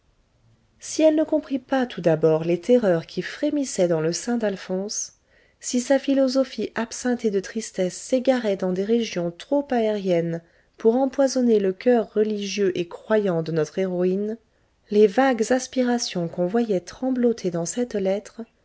si elle ne comprit pas tout d'abord les terreurs qui frémissaient dans le sein d'alphonse si sa philosophie absinthée de tristesse s'égarait dans des régions trop aériennes pour empoisonner le coeur religieux et croyant de notre héroïne les vagues aspirations qu'on voyait trembloter dans cette lettre